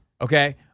Okay